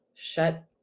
shut